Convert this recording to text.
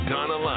Donna